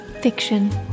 fiction